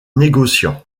négociant